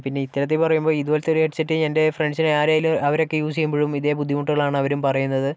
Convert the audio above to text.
പിന്നെ ഇത്തരത്തിൽ പറയുമ്പോൾ ഇതുപോലത്തെ ഒരു ഹെഡ്സെറ്റ് എൻ്റെ ഫ്രണ്ട്സിനെ ആരേലും അവരൊക്കെ യൂസ് ചെയ്യുമ്പോഴും ഇതേ ബുദ്ധിമുട്ടുകളാണ് അവരും പറയുന്നത്